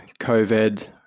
covid